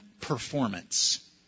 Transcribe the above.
performance